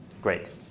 Great